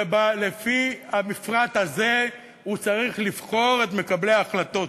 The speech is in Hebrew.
ולפי המפרט הזה הוא צריך לבחור את מקבלי ההחלטות.